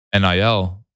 nil